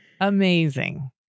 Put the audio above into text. Amazing